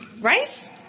Rice